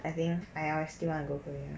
I think I I still want to go korea